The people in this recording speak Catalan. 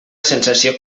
sensació